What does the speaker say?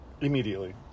Immediately